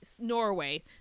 Norway